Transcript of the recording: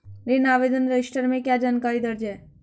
ऋण आवेदन रजिस्टर में क्या जानकारी दर्ज है?